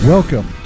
Welcome